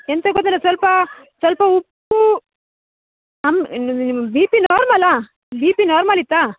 ಎಂಥ ಆಗೋದಿಲ್ಲ ಸ್ವಲ್ಪ ಸ್ವಲ್ಪ ಉಪ್ಪು ಅಮ್ ಬಿ ಪಿ ನಾರ್ಮಲ್ಲ ಬಿ ಪಿ ನಾರ್ಮಲ್ ಇತ್ತಾ